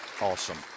awesome